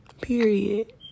Period